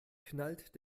knallt